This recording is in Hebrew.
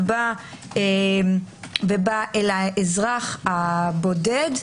ובאה לאזרח הבודד,